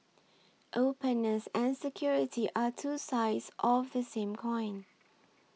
openness and security are two sides of the same coin